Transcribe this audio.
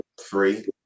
three